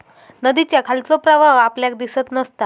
नदीच्या खालचो प्रवाह आपल्याक दिसत नसता